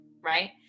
Right